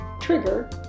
Trigger